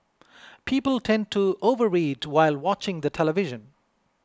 people tend to overeat while watching the television